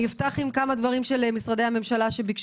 בבקשה, משרדי הממשלה.